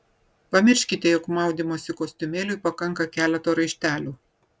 pamirškite jog maudymosi kostiumėliui pakanka keleto raištelių